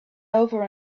over